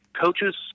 coaches